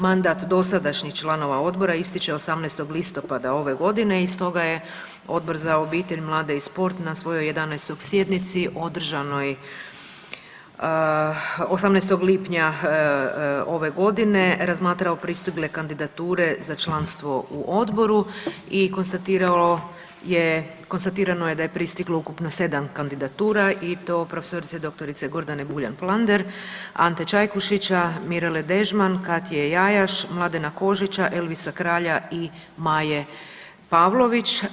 Mandat dosadašnjih članova odbora ističe 18. listopada ove godine i stoga je Odbor za obitelj, mlade i sport na svojoj 11 sjednici održanoj 18. lipnja ove godine razmatrao pristigle kandidature za članstvo u odboru i konstatirano je da je pristiglo ukupno 7 kandidatura i to prof. dr. Buljan Flander, Ante Čajkušića, Mirele Dežman, Katje Jajaš, Mladena Kožića, Elvisa Kralja i Maje Pavlović.